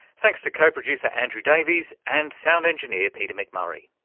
thanks to co-producer andrew davies and sound engineer peter mcmurray.